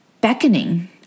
beckoning